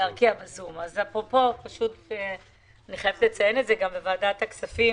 אני חייבת לציין שדברנו על כך בוועדת כספים,